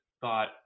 thought